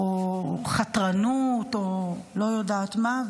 או חתרנות או לא יודעת מה,